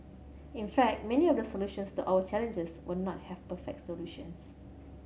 in fact many of the solutions to our challenges will not have perfect solutions